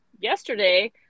yesterday